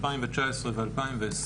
2019 ו-2020